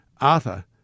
Arthur